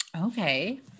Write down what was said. okay